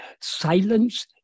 Silence